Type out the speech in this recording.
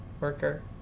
worker